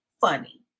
funny